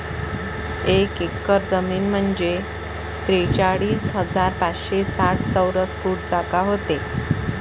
एक एकर जमीन म्हंजे त्रेचाळीस हजार पाचशे साठ चौरस फूट जागा व्हते